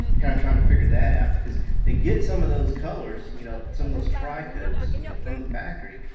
kind of trying to figure that out. because to get some of those colors, you know some of those tricoats you know from the factory,